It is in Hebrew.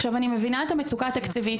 אני מבינה את המצוקה התקציבית,